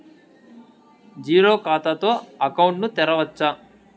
Zero ఖాతా తో account ను తెరవచ్చా?